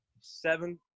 Seven